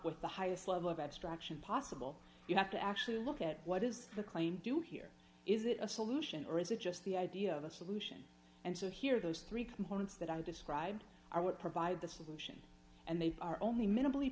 with the highest level of abstraction possible you have to actually look at what is the claim do here is it a solution or is it just the idea of a solution and so here those three components that i described are what provide the solution and they are only minimally